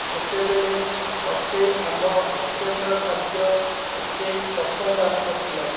ସେତେବେଳେ ମୋତେ ଆମ ହଷ୍ଟେଲର ଖାଦ୍ୟ ଏତେ ପସନ୍ଦ ଆସୁନଥିଲା